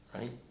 right